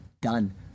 done